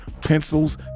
pencils